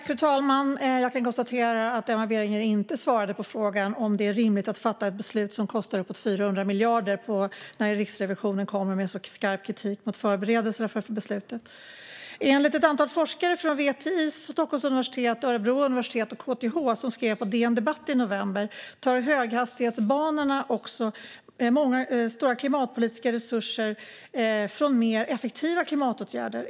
Fru talman! Jag kan konstatera att Emma Berginger inte svarade på frågan om det är rimligt att fatta ett beslut som kostar uppåt 400 miljarder när Riksrevisionen kommer med så skarp kritik mot förberedelserna för beslutet. Enligt ett antal forskare från VTI, Stockholms universitet, Örebro universitet och KTH som skrev på DN Debatt i november tar höghastighetsbanorna också stora klimatpolitiska resurser från mer effektiva klimatåtgärder.